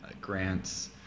grants